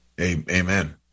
amen